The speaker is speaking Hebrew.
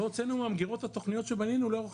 לא הוצאנו מהמגירות את התכניות שבנינו לאורך